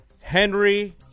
Henry